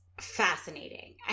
fascinating